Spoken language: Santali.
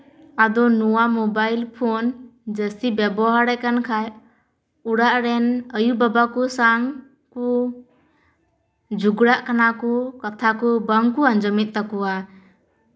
ᱟᱫᱚ ᱱᱚᱣᱟ ᱢᱳᱵᱟᱭᱤᱞ ᱯᱷᱳᱱ ᱡᱟᱹᱥᱛᱤ ᱵᱮᱵᱚᱦᱟᱨᱮ ᱠᱟᱱ ᱠᱷᱟᱱ ᱚᱲᱟᱜ ᱨᱮᱱ ᱟᱹᱭᱩ ᱵᱟᱵᱟ ᱠᱚ ᱥᱟᱶ ᱠᱚ ᱡᱷᱚᱜᱽᱲᱟᱜ ᱠᱟᱱᱟ ᱠᱚ ᱠᱟᱛᱷᱟ ᱠᱚ ᱵᱟᱝᱠᱚ ᱟᱸᱡᱚᱢᱮᱫ ᱛᱟᱠᱚᱣᱟ